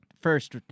first